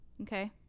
okay